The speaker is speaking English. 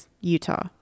Utah